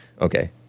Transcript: Okay